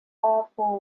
awful